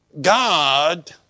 God